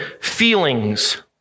feelings